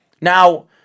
now